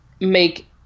make